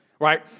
right